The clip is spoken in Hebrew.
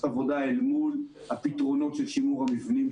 עבודה אל מול הפתרונות של שימור המבנים,